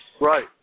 Right